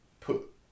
put